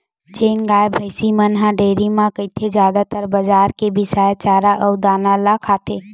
जेन गाय, भइसी मन ह डेयरी म रहिथे जादातर बजार के बिसाए चारा अउ दाना ल खाथे